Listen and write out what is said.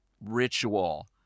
ritual